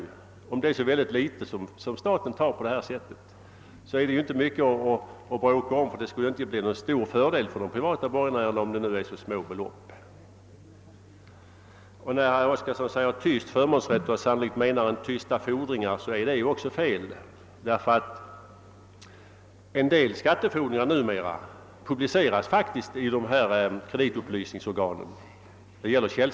Om staten tar in så små belopp, skulle en ändring av bestämmelserna inte medföra någon större fördel för de privata borgenärerna. Herr Oskarson tog fel när han talade om tyst förmånsrätt — sannolikt menanade han tysta fordringar. En del skat tefordringar — det gäller källskatt — publiceras nämligen av kreditupplysningsorgan.